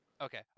Okay